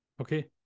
Okay